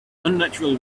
unnatural